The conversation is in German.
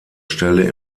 stelle